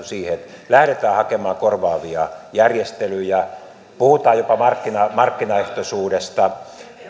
siihen että lähdetään hakemaan korvaavia järjestelyjä puhutaan jopa markkinaehtoisuudesta